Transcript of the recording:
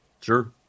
sure